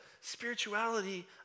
spirituality